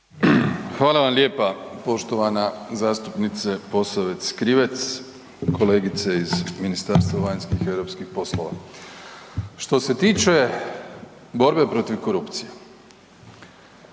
Hvala vam lijepa poštovana zastupnice Posavec Krivec, kolegice iz Ministarstva vanjskih i europskih poslova. Što se tiče borbe protiv korupcije,